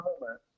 moment